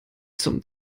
zum